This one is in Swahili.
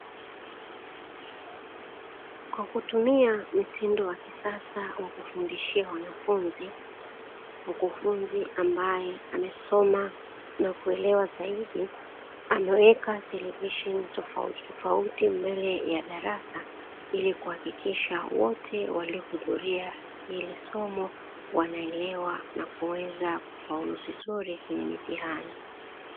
Kwa kutumia mtindo wa kisasa wa kufundishia wanafunzi, mkufunzi ambaye amesoma na kuelewa zaidi ameweka televisheni tofauti tofauti mbele ya darasa, ili kuhakikisha wote waliohudhuria hili somo wanaelewa na kuweza kufaulu vizuri kwenye mitihani.